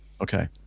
Okay